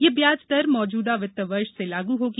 यह ब्याज दर मौजूदा वित्त वर्ष से लागू होगी